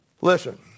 Listen